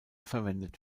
verwendet